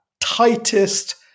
tightest